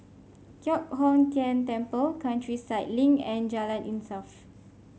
Giok Hong Tian Temple Countryside Link and Jalan Insaf